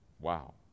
Wow